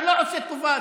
אתה לא עושה טובה.